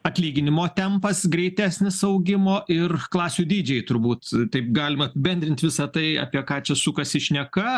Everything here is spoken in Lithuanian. atlyginimo tempas greitesnis augimo ir klasių dydžiai turbūt taip galima apibendrint visa tai apie ką čia sukasi šneka